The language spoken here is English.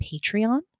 Patreon